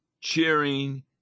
cheering